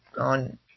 on